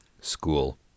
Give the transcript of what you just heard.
school